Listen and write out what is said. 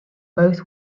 both